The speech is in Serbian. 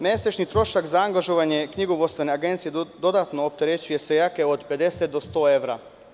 Mesečni trošak za angažovanje knjigovodstvene agencije dodatno opterećuje seljake od 50 do 100 evra.